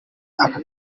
aka